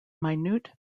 minute